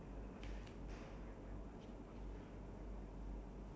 ya to me ya I also feel like that also as in like um